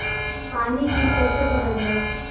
पानी बिल कइसे भरल जाई?